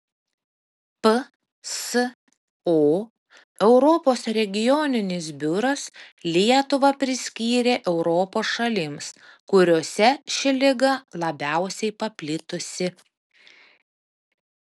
pso europos regioninis biuras lietuvą priskyrė europos šalims kuriose ši liga labiausiai paplitusi